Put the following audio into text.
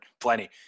plenty